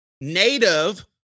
native